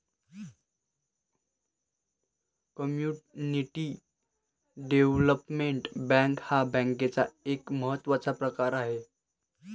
community development bank हा बँकेचा एक महत्त्वाचा प्रकार आहे